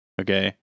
Okay